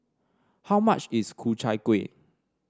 how much is Ku Chai Kuih